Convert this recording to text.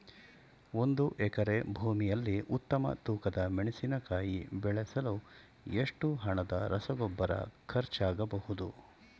ಒಂದು ಎಕರೆ ಭೂಮಿಯಲ್ಲಿ ಉತ್ತಮ ತೂಕದ ಮೆಣಸಿನಕಾಯಿ ಬೆಳೆಸಲು ಎಷ್ಟು ಹಣದ ರಸಗೊಬ್ಬರ ಖರ್ಚಾಗಬಹುದು?